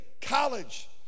college